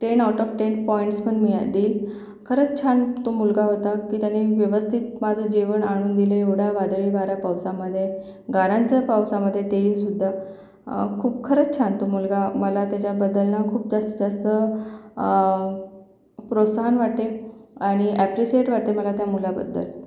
ten out of ten points पण मिळा देईल खरंच छान तो मुलगा होता की त्याने व्यवस्थित माझं जेवण आणून दिले एवढा वादळी वारा पावसामध्ये गारांचा पावसामध्ये तेही सुद्धा खूप खरंच छान तो मुलगा मला त्याच्याबद्दल ना खूपच असं जास्त प्रोस्साहन वाटते आणि अॅप्रिसीएट वाटते मला त्या मुलाबद्दल